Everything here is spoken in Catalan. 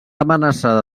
amenaçada